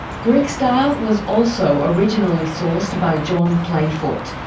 greek style was also originally sourced by john playfoot.